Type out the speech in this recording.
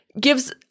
gives